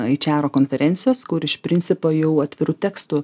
aičero konferencijos kur iš principo jau atviru tekstu